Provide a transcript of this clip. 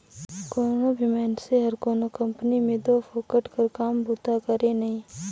कोनो भी मइनसे हर कोनो कंपनी में दो फोकट कर काम बूता करे नई